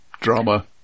drama